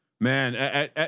Man